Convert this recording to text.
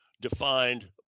defined